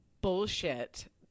bullshit